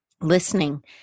listening